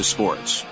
Sports